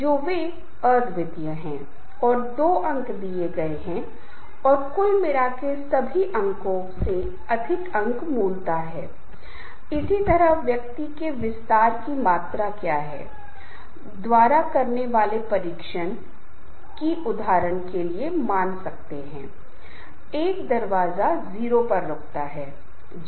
और इसी तरह कभी कभी कुछ संगठन भी गठित होतेहैं जैसे कि कोलकाता में तेलुगु संघ की एसोसिएशन जैसे कि कई राज्यों में लोग किसी अन्य राज्य से आते हैं वे कुछ दोस्ती समूह बनाते हैं जहाँ सप्ताह के अंत में उनके पास कुछ सामाजिक या सांस्कृतिक कार्यक्रम होते हैं जिस पर वे चर्चा करते हैं क्योंकि आप जानते हैं कि भाषा और भोजन एक ऐसी चीज है जो आम तौर पर लोगों को बहुत ही सहज तरीके से एक साथ लाता हैं